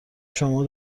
شما